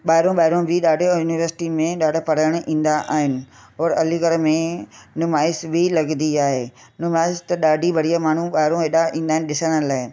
ॿाहिरो ॿाहिरो बि ॾाढो युनिवर्सिटी में ॾाढा पढ़ण ईंदा आहिनि और अलीगढ़ में नुमाइश बि लॻंदी आहे नुमाइश त ॾाढी बढ़िया माण्हू ॿाहिरो एॾा ईंदा आहिनि ॾिसण लाइ